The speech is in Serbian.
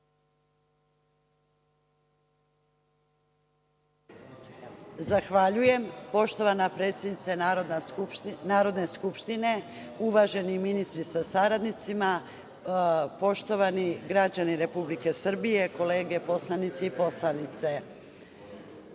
Zahvaljujem. Poštovana predsednice Narodne skupštine, uvaženi ministri sa saradnicima, poštovani građani Republike Srbije, kolege poslanici i poslanice,